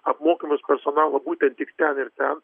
apmokymus personalo būtent tik ten ir ten